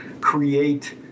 create